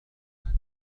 أندرو